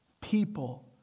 people